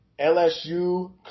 LSU